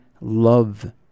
love